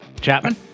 Chapman